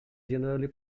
generally